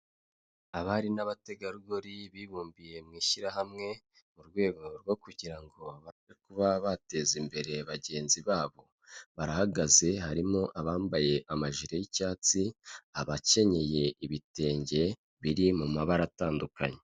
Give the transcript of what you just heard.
Abari n'abategarugori bibumbiye mu ishyirahamwe mu rwego rwo kugira ngo babashe kuba bateza imbere bagenzi babo, barahagaze harimo abambaye amajire y'icyatsi, abakenyeye ibitenge biri mu mabara atandukanye.